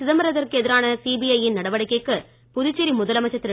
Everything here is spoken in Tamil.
சிதம்பரத்திற்கு எதிரான சிபிஐ யின் நடவடிக்கைக்கு புதுச்சேரி முதலமைச்சர் திரு